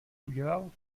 udělal